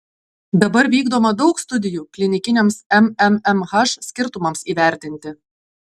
dabar vykdoma daug studijų klinikiniams mmmh skirtumams įvertinti